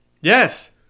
yes